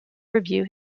review